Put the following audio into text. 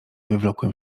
wywlokłem